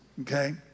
okay